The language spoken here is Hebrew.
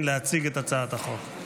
מה התוכנית שלך ליום שאחרי?